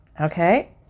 okay